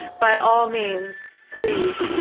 by all means, please,